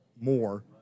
more